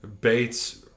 Bates